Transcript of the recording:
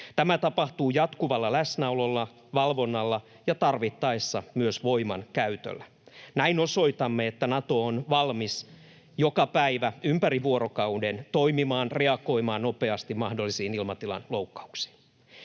Tämä tapahtuu jatkuvalla läsnäololla, valvonnalla ja tarvittaessa myös voimankäytöllä. Näin osoitamme, että Nato on valmis joka päivä ympäri vuorokauden toimimaan, reagoimaan nopeasti mahdollisiin ilmatilan loukkauksiin.